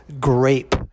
grape